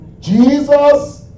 Jesus